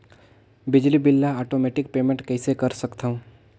बिजली बिल ल automatic payment कइसे कर सकथव?